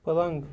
پلنٛگ